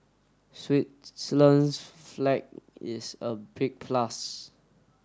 Switzerland's flag is a big plus